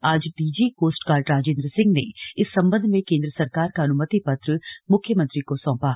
आज DG coast guard Rajendra Singh ने इस सम्बन्ध में केंद्र सरकार का अनुमति पत्र मुख्यमंत्री को सौंपा